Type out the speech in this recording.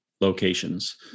locations